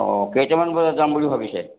অ' কেইটামান বজাত যাম বুলি ভাবিছে